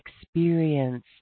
experience